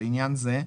לעניין זה,